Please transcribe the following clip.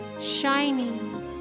Shining